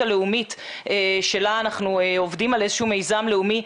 הלאומית שבה אנחנו עובדים על איזשהו מיזם לאומי,